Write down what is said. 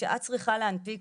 כשאת צריכה להנפיק,